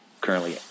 currently